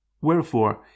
wherefore